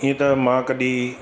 हीअं त मां कॾहिं